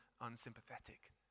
unsympathetic